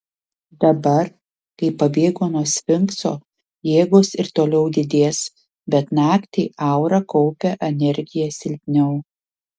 dabar kai pabėgo nuo sfinkso jėgos ir toliau didės bet naktį aura kaupia energiją silpniau